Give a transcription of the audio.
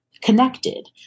connected